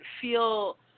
feel